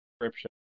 description